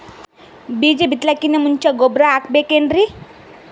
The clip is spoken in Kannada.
ಬೀಜ ಬಿತಲಾಕಿನ್ ಮುಂಚ ಗೊಬ್ಬರ ಹಾಕಬೇಕ್ ಏನ್ರೀ?